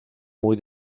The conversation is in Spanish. muy